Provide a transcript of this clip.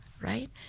right